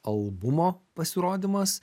albumo pasirodymas